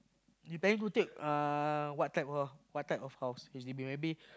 you planning to take uh what type of what type of house H_D_B maybe